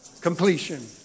completion